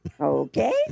Okay